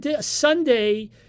Sunday